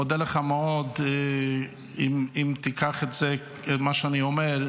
אודה לך מאוד אם תיקח את מה שאני אומר,